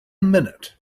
minute